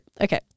Okay